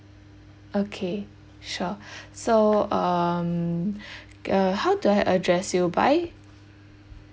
okay sure so um uh how do I address you by